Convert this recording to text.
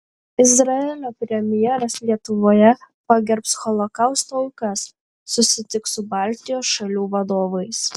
izraelio premjeras lietuvoje pagerbs holokausto aukas susitiks su baltijos šalių vadovais